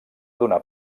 donar